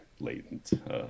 latent